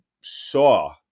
saw